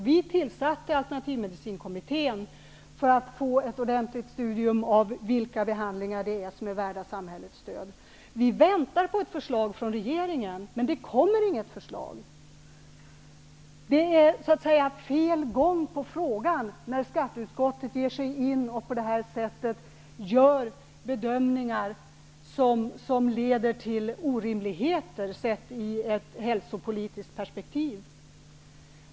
Vi tillsatte Alternativmedicinkommittén för att få ett ordentligt studium av vilka behandlingar som är värda samhällets stöd. Vi väntar på ett förslag från regeringen, men det kommer inga förslag. Det är så att säga fel gång på frågan när skatteutskottet på det här sättet gör bedömningar som leder till orimligheter sett i ett hälsopolitiskt perspektiv.